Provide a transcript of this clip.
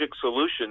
solution